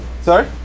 Sorry